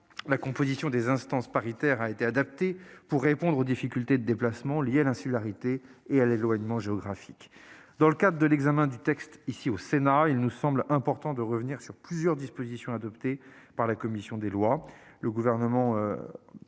la composition des instances paritaires a été adaptée pour répondre aux difficultés de déplacement liées à l'insularité et l'éloignement géographique. Dans le cadre de l'examen du texte au Sénat, il nous semble important de revenir sur plusieurs dispositions adoptées par la commission des lois.